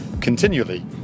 continually